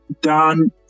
done